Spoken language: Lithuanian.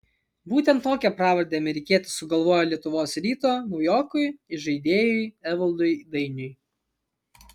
būtent tokią pravardę amerikietis sugalvojo lietuvos ryto naujokui įžaidėjui evaldui dainiui